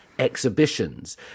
Exhibitions